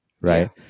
right